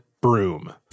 broom